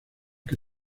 que